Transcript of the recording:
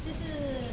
就是